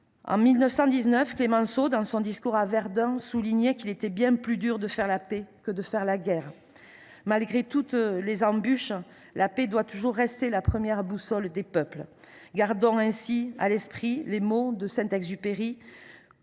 En 1919, Clemenceau, dans son discours à Verdun, soulignait qu’il était bien plus difficile de faire la paix que la guerre. Malgré toutes les embûches, la paix doit toujours rester la première boussole des peuples. Gardons à l’esprit aussi les mots de Saint Exupéry :